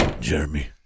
Jeremy